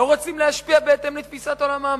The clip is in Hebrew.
לא רוצים להשפיע בהתאם לתפיסת עולמם?